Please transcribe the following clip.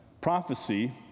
Prophecy